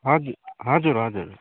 हजुर हजुर हजुर